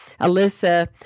Alyssa